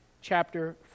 chapter